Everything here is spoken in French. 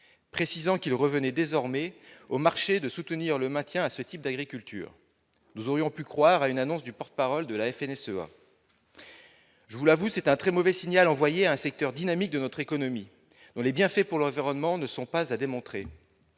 précisant qu'il revenait désormais au marché de soutenir le maintien à ce type d'agriculture, nous aurions pu croire à une annonce du porte-parole de la FNSEA, je vous l'avoue, c'est un très mauvais signal envoyé un secteur dynamique de notre économie, les bienfaits pour l'environnement ne sont pas à démontrer